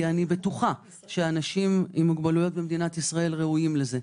כי אני בטוחה שאנשים עם מוגבלויות במדינת ישראל ראויים לזה.